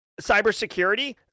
cybersecurity